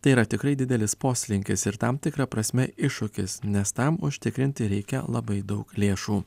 tai yra tikrai didelis poslinkis ir tam tikra prasme iššūkis nes tam užtikrinti reikia labai daug lėšų